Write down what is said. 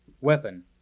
weapon